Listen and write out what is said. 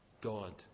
God